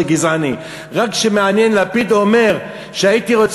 שחורה אני במעשי, ונאווה אני במעשי